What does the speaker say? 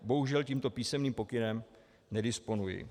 Bohužel tímto písemným pokynem nedisponuji.